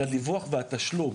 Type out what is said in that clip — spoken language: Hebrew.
של הדיווח והתשלום,